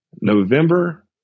November